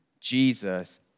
Jesus